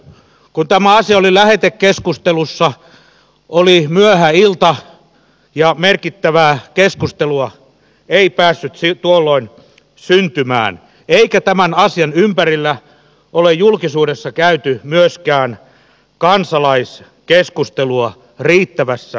kun tämä asia oli lähetekeskustelussa oli myöhä ilta ja merkittävää keskustelua ei päässyt tuolloin syntymään eikä tämän asian ympärillä ole julkisuudessa käyty myöskään kansalaiskeskustelua riittävässä määrin